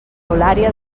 eulària